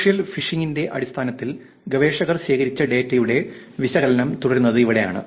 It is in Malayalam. സോഷ്യൽ ഫിഷിംഗിന്റെ അടിസ്ഥാനത്തിൽ ഗവേഷകർ ശേഖരിച്ച ഡാറ്റയുടെ വിശകലനം തുടരുന്നത് ഇവിടെയാണ്